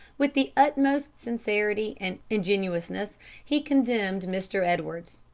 with the utmost sincerity and ingenuousness he condemned mr. edwards.